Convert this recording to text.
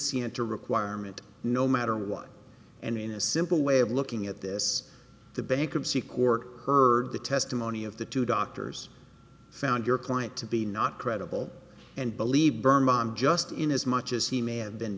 to requirement no matter what and in a simple way of looking at this the bankruptcy court heard the testimony of the two doctors found your client to be not credible and believed berman just in as much as he may have been